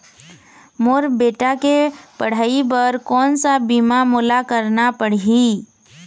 मोर बेटा के पढ़ई बर कोन सा बीमा मोला करना पढ़ही?